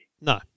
No